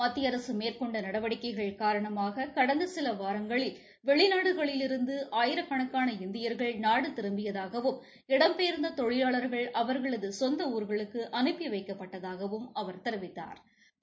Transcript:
மத்திய அரசு மேற்கொண்ட நடவடிக்கைகள் காரணமாக கடந்த சில வாரங்களில் வெளிநாடுகளிலிருந்து ஆயிரக்கணக்கான இந்தியர்கள் நாடு திரும்பியதாகவும் இடம்பெயர்ந்த தொழிலாளர்கள் அவா்களது சொந்த ஊர்களுக்கு அனுப்பி வைக்கப்பட்டதாகவும் அவா் தெரிவித்தாா்